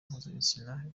mpuzabitsina